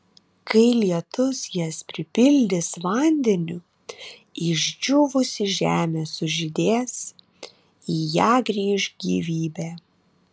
kai lietus jas pripildys vandeniu išdžiūvusi žemė sužydės į ją grįš gyvybė